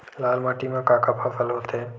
लाल माटी म का का फसल होथे?